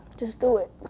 just do it.